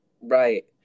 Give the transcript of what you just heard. right